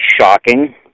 shocking